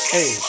Hey